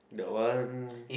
that one